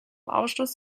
ausschluss